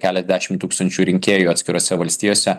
keliasdešimt tūkstančių rinkėjų atskirose valstijose